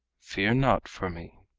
fear not for me,